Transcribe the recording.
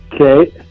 Okay